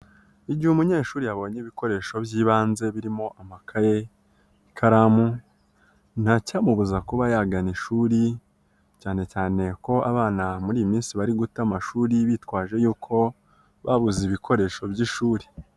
Igihe umunyeshuri yabonye ibikoresho by'ibanze birimo amakaye, ikaramu, ntacyamubuza kuba yagana ishuri, cyane cyane ko abana muri iyi minsi bari guta amashuri bitwaje yuko, babuze ibikoresho by'ishuri.